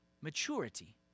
maturity